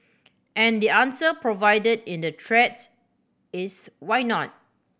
and the answer provided in the threads is why not